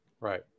Right